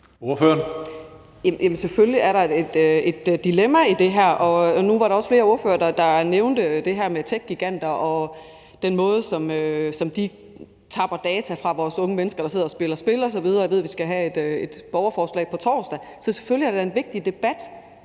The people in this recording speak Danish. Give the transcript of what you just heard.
Selvfølgelig er der et dilemma i det her. Nu var der også flere ordførere, der nævnte det her med techgiganter og den måde, som de tapper data på fra vores unge mennesker, der sidder og spiller spil osv. Jeg ved, at vi skal have et borgerforslag på torsdag. Så selvfølgelig er det en vigtig debat,